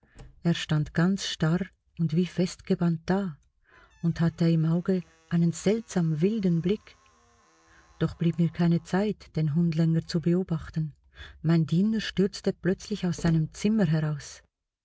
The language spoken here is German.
er stand ganz starr und wie festgebannt da und hatte im auge einen seltsam wilden blick doch blieb mir keine zeit den hund länger zu beobachten mein diener stürzte plötzlich aus seinem zimmer heraus